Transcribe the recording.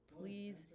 please